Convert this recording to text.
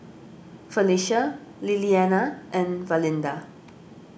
Felicia Lilyana and Valinda